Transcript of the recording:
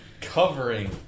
covering